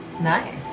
Nice